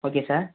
okay sir